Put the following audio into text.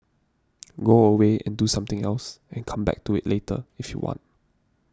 go away and do something else and come back to it later if you want